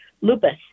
lupus